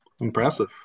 Impressive